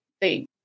they-